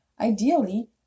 Ideally